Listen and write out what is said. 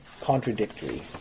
contradictory